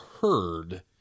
heard